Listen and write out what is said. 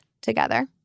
together